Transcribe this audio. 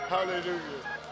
Hallelujah